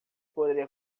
poderia